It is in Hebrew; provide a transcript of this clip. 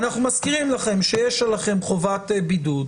אנחנו מזכירים שיש לכם חובת בידוד,